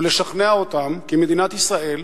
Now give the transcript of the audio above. ולשכנע אותם כי מדינת ישראל,